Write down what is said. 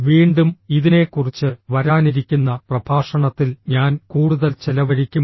വീണ്ടും ഇതിനെക്കുറിച്ച് വരാനിരിക്കുന്ന പ്രഭാഷണത്തിൽ ഞാൻ കൂടുതൽ ചെലവഴിക്കും